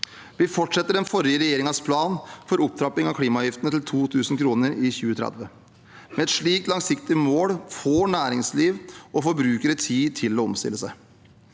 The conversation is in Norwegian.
Vi fortsetter den forrige regjeringens plan for opptrapping av klimaavgiftene til 2 000 kr i 2030. Med et slikt langsiktig mål får næringsliv og forbrukere tid til å omstille seg.